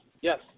yes